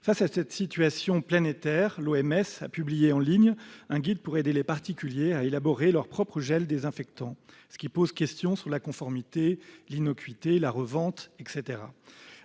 mondiale de la santé (OMS) a publié en ligne un guide pour aider les particuliers à élaborer leur propre gel désinfectant, ce qui pose question sur la conformité, l'innocuité, la revente, etc.